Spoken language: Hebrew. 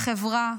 לחברה,